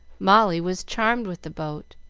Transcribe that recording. molly was charmed with the boat,